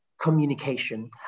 communication